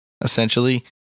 essentially